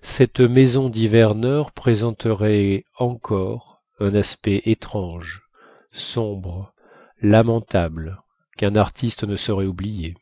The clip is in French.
cette maison d'hiverneurs présenterait encore un aspect étrange sombre lamentable qu'un artiste ne saurait oublier